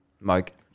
Mike